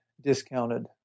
discounted